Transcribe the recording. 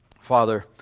Father